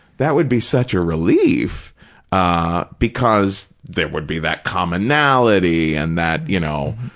that would be such a relief ah because there would be that commonality and that, you know,